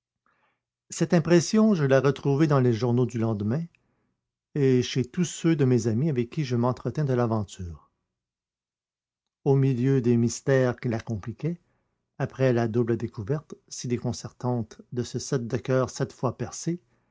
cette impression je la retrouvai dans les journaux du lendemain et chez tous ceux de mes amis avec qui je m'entretins de l'aventure au milieu des mystères qui la compliquaient après la double découverte si déconcertante de ce sept de coeur sept fois percé